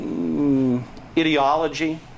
ideology